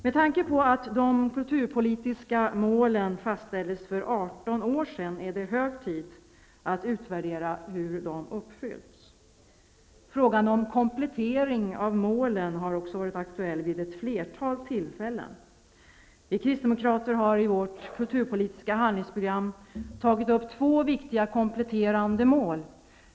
Med tanke på att de kulturpolitiska målen fastställdes för 18 år sedan är det hög tid att utvärdera hur de har uppfyllts. Frågan om komplettering av målen har också varit aktuell vid ett flertal tillfällen. Vi kristdemokrater har i vårt kulturpolitiska handlingsprogram tagit upp två viktiga kompletterande mål.